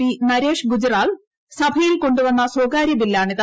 P Naresh Gujral സഭയിൽ കൊണ്ടുവന്ന സ്വകാരൃ ബില്ലാണ് ഇത്